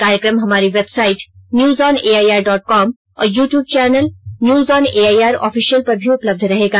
कार्यक्रम हमारी website news on AIR dot com और YouTube channel news on AIR official पर भी उपलब्ध रहेगा